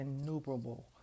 innumerable